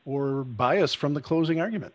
or bias from the closing argument